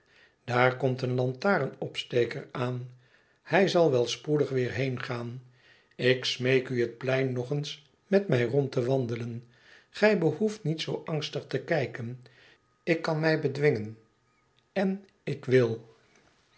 daar komt een lantarenopsteker aan hij zal wel spoedig weer heengaan ik smeek u het plein nog eens met mij rond te wandelen gij behoeft niet zoo angstig te kijken ik kan mij bedwingen en ik wil